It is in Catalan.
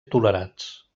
tolerats